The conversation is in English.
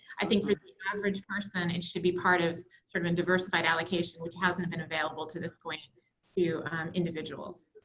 i think for average person it should be part of a sort of and diversified allocation, which hasn't been available to this point to individuals.